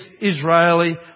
Israeli